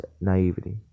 naivety